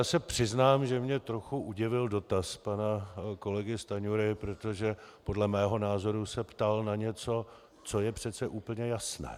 Já se přiznám, že mě trochu udivil dotaz pana kolegy Stanjury, protože podle mého názoru se ptal na něco, co je přece úplně jasné.